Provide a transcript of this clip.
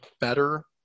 better